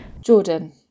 Jordan